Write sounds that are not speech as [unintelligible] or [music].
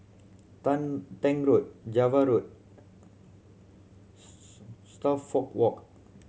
[unintelligible] Tank Road Java Road [unintelligible] Suffolk Walk